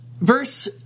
verse